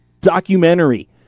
documentary